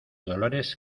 dolores